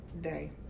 day